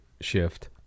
shift